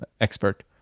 expert